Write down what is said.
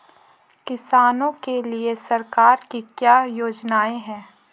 किसानों के लिए सरकार की क्या योजनाएं हैं?